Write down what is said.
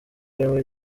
harimo